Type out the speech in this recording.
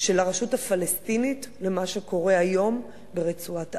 של הרשות הפלסטינית למה שקורה היום ברצועת-עזה.